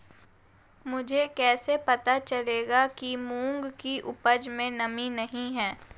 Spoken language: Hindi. मुझे कैसे पता चलेगा कि मूंग की उपज में नमी नहीं है?